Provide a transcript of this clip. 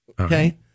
Okay